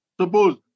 suppose